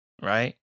right